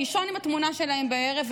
לישון עם התמונה שלהם בערב,